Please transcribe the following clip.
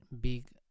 big